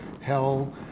hell